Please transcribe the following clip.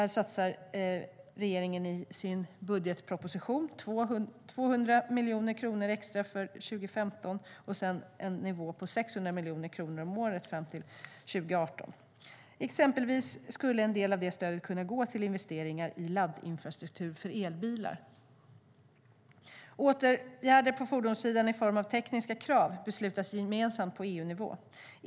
Regeringen satsar i sin budgetproposition 200 miljoner kronor extra för 2015 och 600 miljoner kronor per år fram till 2018. Exempelvis skulle en del av stödet kunna gå till investeringar i laddinfrastruktur för elbilar. Åtgärder på fordonssidan i form av tekniska krav beslutas gemensamt på EU-nivå.